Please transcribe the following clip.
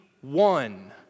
one